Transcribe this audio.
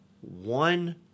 one